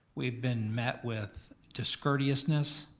we've been met with discourteousness.